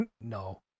No